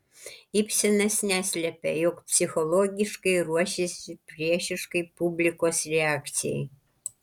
ibsenas neslepia jog psichologiškai ruošėsi priešiškai publikos reakcijai